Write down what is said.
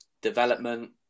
development